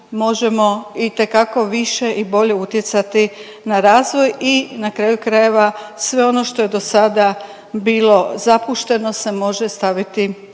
možemo itekako više i bolje utjecati na razvoj i na kraju krajeva sve ono što je do sada bilo zapušteno se može staviti,